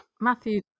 Matthew